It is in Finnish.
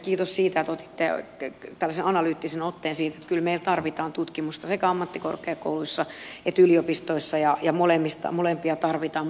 kiitos siitä että otitte tällaisen analyyttisen otteen siihen että kyllä meillä tarvitaan tutkimusta sekä ammattikorkeakouluissa että yliopistoissa molempia tarvitaan